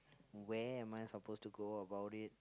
where am I supposed to go about it